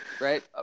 right